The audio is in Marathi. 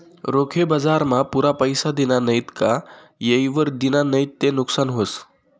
रोखे बजारमा पुरा पैसा दिना नैत का येयवर दिना नैत ते नुकसान व्हस